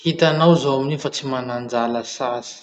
Hitanao zaho aminio fa tsy manan-drala sasy.